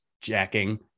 jacking